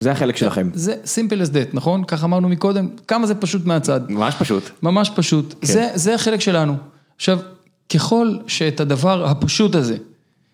זה החלק שלכם, זה simple as that נכון, כך אמרנו מקודם, כמה זה פשוט מהצד, ממש פשוט, ממש פשוט, זה החלק שלנו, עכשיו ככל שאת הדבר הפשוט הזה